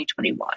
2021